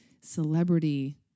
celebrity